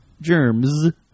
Germs